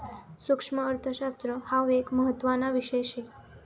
सुक्ष्मअर्थशास्त्र हाउ एक महत्त्वाना विषय शे